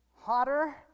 hotter